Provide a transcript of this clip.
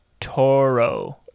Toro